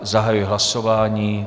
Zahajuji hlasování.